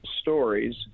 stories